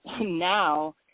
now